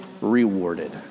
rewarded